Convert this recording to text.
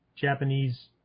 Japanese